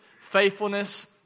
faithfulness